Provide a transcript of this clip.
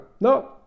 No